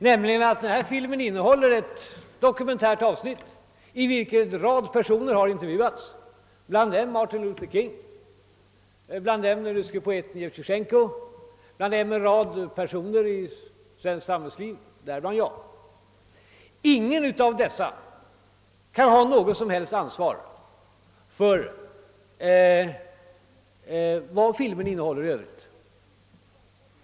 Jag sade att filmen innehåller ett dokumentärt avsnitt, i vilket en rad personer intervjuas bland dem Martin Luther King, den ryske poeten Jevtusjenko och en rad personer inom svenskt samhällsliv. Ingen av dessa kan ha något som helst ansvar för filmens innehåll i övrigt.